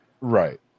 right